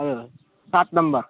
अँ सात नम्बर